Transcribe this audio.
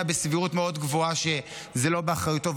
בסבירות מאוד גבוהה שזה לא באחריותו,